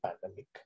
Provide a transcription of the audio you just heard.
pandemic